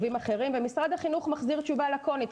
משרד החינוך מחזיר תשובה לקונית,